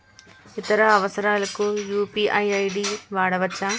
ఇతర అవసరాలకు UPI ID వాడవచ్చా?